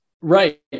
Right